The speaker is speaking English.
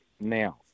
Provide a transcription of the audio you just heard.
now